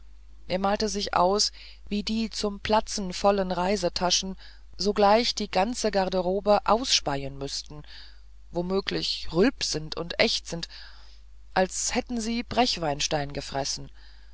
er malte sich aus wie die zum platzen vollen reisetaschen sogleich die ganze garderobe ausspeien müßten womöglich rülpsend und ächzend als hätten sie brechweinstein gefressen